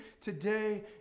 today